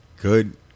good